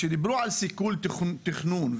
כשדיברו על סיכול תכנון,